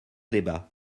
débat